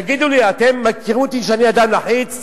תגידו לי, אתם מכירים אותי שאני אדם לחיץ?